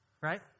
right